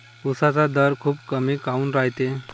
उसाचा दर खूप कमी काऊन रायते?